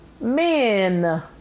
men